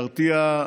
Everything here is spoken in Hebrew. להרתיע,